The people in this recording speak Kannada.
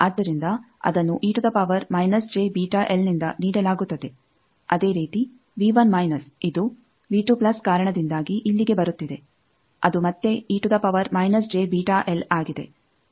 ಆದ್ದರಿಂದ ಅದನ್ನು ನಿಂದ ನೀಡಲಾಗುತ್ತದೆ ಅದೇ ರೀತಿ ಇದು ಕಾರಣದಿಂದಾಗಿ ಇಲ್ಲಿಗೆ ಬರುತ್ತಿದೆ ಅದು ಮತ್ತೆ ಆಗಿದೆ